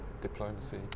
diplomacy